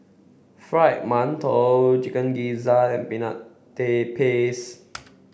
fried mantou chicken gizzard and Peanut Paste